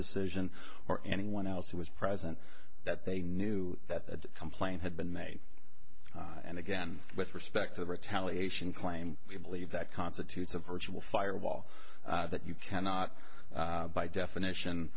decision or anyone else who was present that they knew that the complaint had been made and again with respect to the retaliation claim i believe that constitutes a virtual fire wall that you cannot by definition